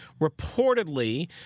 reportedly